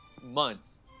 months